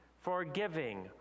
forgiving